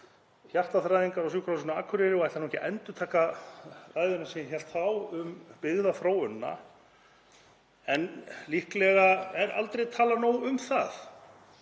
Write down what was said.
hjartaþræðingar á Sjúkrahúsinu á Akureyri og ætla ekki að endurtaka ræðuna sem ég hélt þá um byggðaþróunina en líklega er aldrei talað nóg um það.